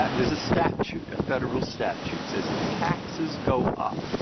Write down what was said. there's a statute, a federal statute, says if taxes go up,